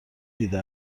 دیده